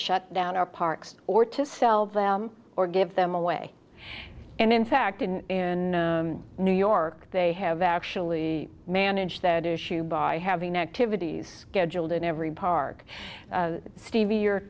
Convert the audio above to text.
shut down our parks or to sell them or give them away and in fact in new york they have actually managed that issue by having activities scheduled in every park stevie